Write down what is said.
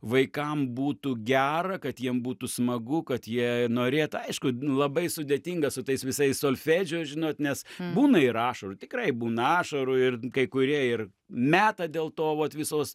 vaikam būtų gera kad jiem būtų smagu kad jie norėtų aišku labai sudėtinga su tais visais solfedžiu žinot nes būna ir ašarų tikrai būna ašarų ir kai kurie ir meta dėl to vat visos